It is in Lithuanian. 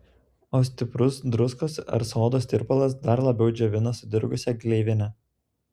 o stiprus druskos ar sodos tirpalas dar labiau džiovina sudirgusią gleivinę